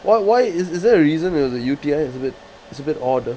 why why is is there a reason there was a U_T_I it's bit it's a bit odd ah